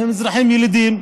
הם אזרחים ילידים,